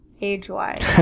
age-wise